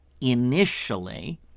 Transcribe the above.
initially